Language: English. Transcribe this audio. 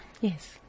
Yes